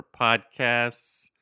podcasts